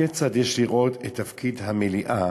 כיצד יש לראות את תפקיד המליאה